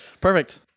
Perfect